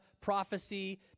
prophecy